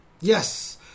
Yes